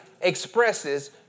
expresses